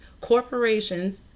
corporations